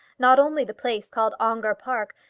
not only the place called ongar park,